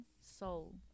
soul